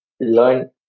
learn